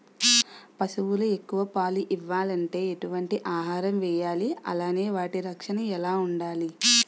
పశువులు ఎక్కువ పాలు ఇవ్వాలంటే ఎటు వంటి ఆహారం వేయాలి అలానే వాటి రక్షణ ఎలా వుండాలి?